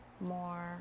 more